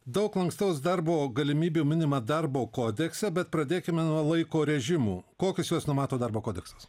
daug lankstaus darbo galimybių minimą darbo kodekse bet pradėkime nuo laiko režimų kokius juos numato darbo kodeksas